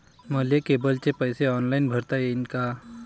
मले केबलचे पैसे ऑनलाईन भरता येईन का?